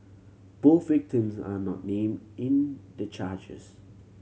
both victims are not named in the charges